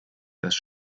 dass